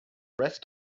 rest